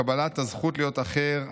קבלת הזכות להיות אחר,